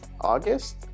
August